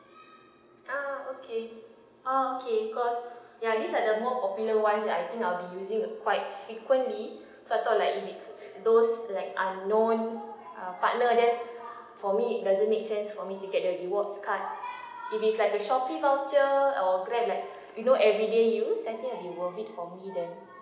ah okay okay cause ya these are the more popular ones I think I'll be using quite frequently so I thought like it makes those like unknown uh partner then for me it doesn't make sense for me to get the rewards card if it's like the shopee voucher or grab like you know everyday use I think it will be worth it for me then